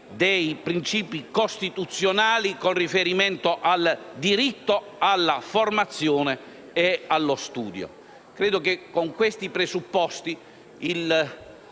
dei principi costituzionali con riferimento al diritto alla formazione e allo studio. Credo che con questi presupposti